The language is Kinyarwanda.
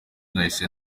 nahise